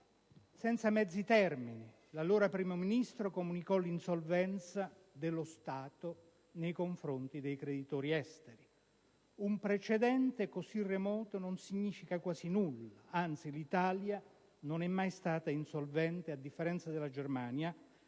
Senza mezzi termini, l'allora Primo ministro comunicò l'insolvenza dello Stato nei confronti dei creditori esteri. Un precedente così remoto non significa quasi nulla, anzi l'Italia non è mai stata insolvente, a differenza della Germania